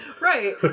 Right